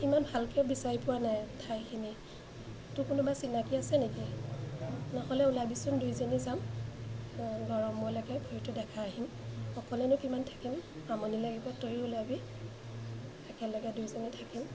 ইমান ভালকৈ বিচাৰি পোৱা নাই ঠাইখিনি তোৰ কোনোবা চিনাকি আছে নেকি নহ'লে ওলাবিচোন দুয়োজনী যাম অঁ গড়মূৰলৈকে ভৰিটো দেখাই আহিম অকলেনো কিমান থাকিম আমনি লাগিব তয়ো ওলাবি একেলগে দুয়োজনী থাকিম